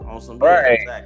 Right